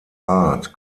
art